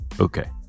Okay